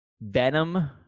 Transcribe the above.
Venom